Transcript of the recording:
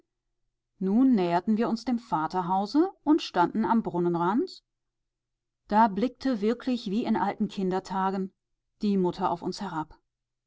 nun näherten wir uns dem vaterhause und standen am brunnenrand da blickte wirklich wie in alten kindertagen die mutter auf uns